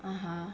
(uh huh)